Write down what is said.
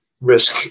risk